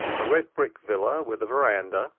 a red-brick villa with a veranda,